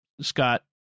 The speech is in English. Scott